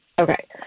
Okay